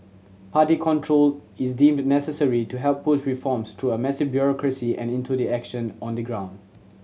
party control is deemed necessary to help push reforms through a massive bureaucracy and into the action on the ground